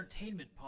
entertainment